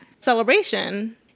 celebration